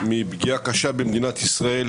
מפגיעה קשה במדינת ישראל,